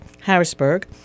Harrisburg